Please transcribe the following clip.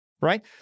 Right